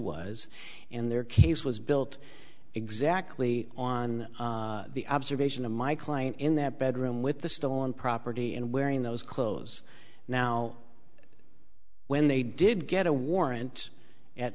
was in their case was built exactly on the observation of my client in that bedroom with the stolen property and wearing those clothes now when they did get a warrant at